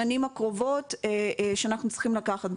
כשאנחנו זורקים ואומרים,